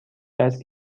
است